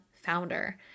founder